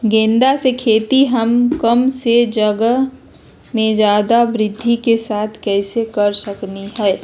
गेंदा के खेती हम कम जगह में ज्यादा वृद्धि के साथ कैसे कर सकली ह?